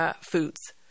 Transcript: foods